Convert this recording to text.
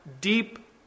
deep